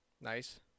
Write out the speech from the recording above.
Nice